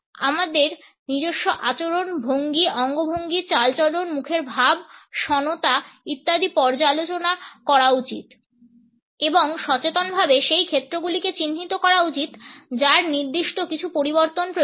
আমাদের নিজস্ব আচরণ ভঙ্গি অঙ্গভঙ্গি চালচলন মুখের ভাব স্বনতা ইত্যাদি পর্যালোচনা করা উচিত এবং সচেতনভাবে সেই ক্ষেত্রগুলিকে চিহ্নিত করা উচিত যার নির্দিষ্ট কিছু পরিবর্তন প্রয়োজন